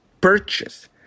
purchase